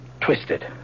twisted